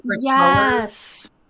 yes